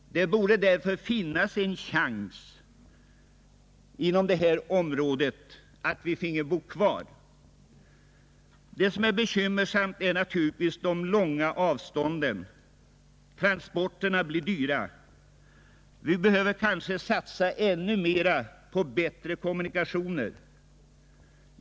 Det borde därför finnas möjlighet för befolkningen inom detta område att få bo kvar. Något som är bekymmersamt är naturligtvis de långa avstånden, varigenom transportkostnaderna blir höga. Vi behöver kanske satsa ännu mera på bättre kommunikationer.